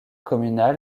communal